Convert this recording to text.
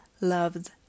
loved